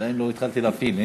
עדיין לא התחלתי להפעיל.